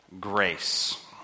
grace